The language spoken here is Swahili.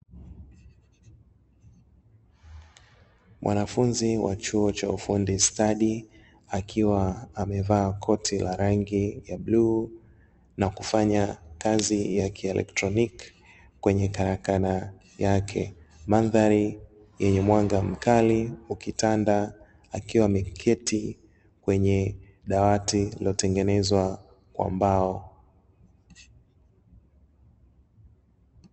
Mwanafunzi wa chuo cha ufundi stadi akiwa amevaa koti la rangi ya bluu na kufanya kazi ya kielektroniki kwenye karakana yake, mandhari yenye mwanga mkali ukitanda akiwa ameketi kwenye dawati lililo tengenezwa kwa mbao.